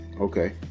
Okay